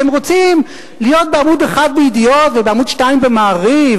אתם רוצים להיות בעמוד 1 ב"ידיעות" ובעמוד 2 ב"מעריב",